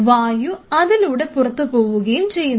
വായു അതിലൂടെ പുറത്തു പോവുകയും ചെയ്യുന്നു